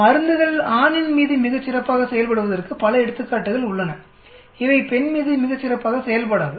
மருந்துகள் ஆணின் மீது மிகச் சிறப்பாக செயல்படுவதற்கு பல எடுத்துக்காட்டுகள் உள்ளன இவை பெண் மீது மிகச் சிறப்பாக செயல்படாது